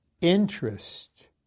interest